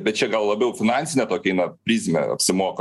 bet čia gal labiau finansinę tokią na prizmę apsimoka